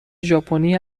ژاپنی